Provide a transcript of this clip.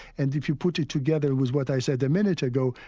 and if you put it together with what i said a minute ago,